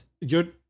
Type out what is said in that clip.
You're-